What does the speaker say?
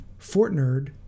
fortnerd